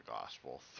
gospel